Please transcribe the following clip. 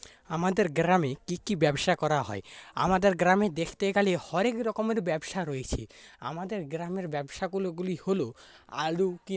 আমাদের গ্রামে কি কি ব্যবসা করা হয় আমাদের গ্রামে দেখতে গেলে হরেক রকমের ব্যবসা রয়েছে আমাদের গ্রামের ব্যবসাগুলি হলো আলু কেনা